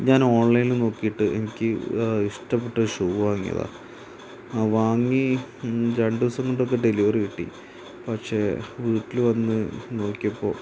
ഞാനോൺലൈനിൽ നോക്കിയിട്ട് എനിക്ക് ഇഷ്ടപ്പെട്ട ഷൂ വാങ്ങിയതാണ് ആ വാങ്ങി രണ്ട് ദിവസം കൊണ്ടൊക്കെ ഡെലിവറി കിട്ടി പക്ഷേ വീട്ടിൽ വന്ന് നോക്കിയപ്പോൾ